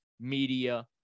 media